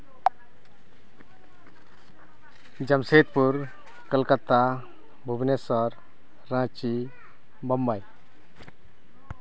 Jamshedpur Kolkata Bhubaneswar Ranchi Bombay